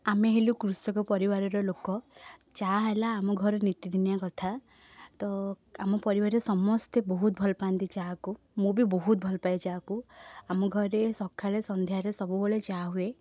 ଆମେ ହେଲୁ କୃଷକ ପରିବାରର ଲୋକ ଚାହା ହେଲା ଆମ ଘରର ନିତିଦିନିଆ କଥା ତ ଆମ ପରିବାରରେ ସମସ୍ତେ ବହୁତ ଭଲପାଆନ୍ତି ଚାହାକୁ ମୁଁ ବି ବହୁତ ଭଲପାଏ ଚାକୁ ଆମ ଘରେ ସଖାଳେ ସନ୍ଧ୍ୟାରେ ସବୁବେଳେ ଚାହା ହୁଏ